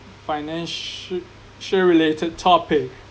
financ~ ~cial related topic